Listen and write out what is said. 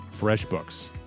FreshBooks